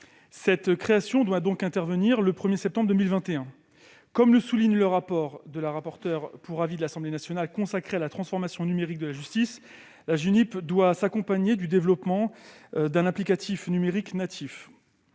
la création doit donc intervenir au 1 septembre 2021. Comme le souligne le rapport de la rapporteure pour avis de l'Assemblée nationale consacrée à la transformation numérique de la justice, la Junip doit s'accompagner du développement d'un applicatif numérique natif,